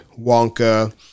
Wonka